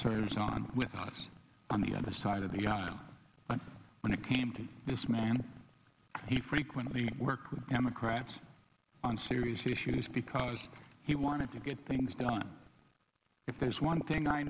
serves on with us on the other side of the aisle but when it came to this man he frequently worked with democrats on serious issues because he wanted to get things done if there's one thing i